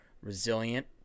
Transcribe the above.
resilient